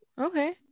okay